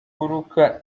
kuruka